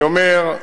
אני אומר,